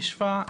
התשפ"א,